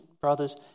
brothers